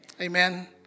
Amen